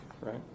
right